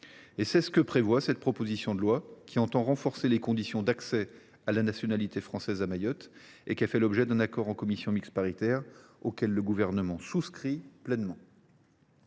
aussi ce que prévoit la présente proposition de loi, qui vise à renforcer les conditions d’accès à la nationalité française à Mayotte et qui a fait l’objet d’un accord en commission mixte paritaire auquel le Gouvernement souscrit pleinement.